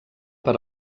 per